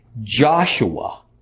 Joshua